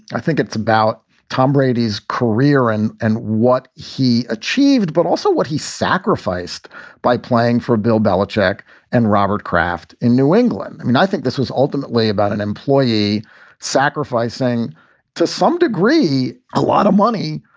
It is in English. i think it's about tom brady's career and and what he achieved, but also what he sacrificed by playing for bill belichick and robert kraft in new england. i mean, i think this was ultimately about an employee sacrificing to some degree. a lot of money,